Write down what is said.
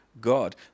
God